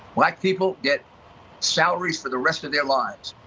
black people get salaries for the rest of their lives,